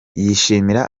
yishimira